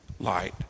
light